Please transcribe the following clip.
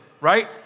right